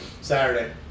Saturday